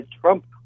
Trump